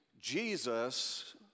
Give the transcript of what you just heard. jesus